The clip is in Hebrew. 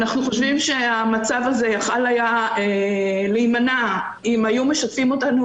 אנחנו חושבים שהמצב הזה יכול היה להימנע אם היו משתפים איתנו